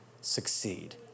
succeed